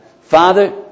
Father